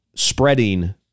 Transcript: spreading